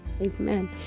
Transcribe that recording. Amen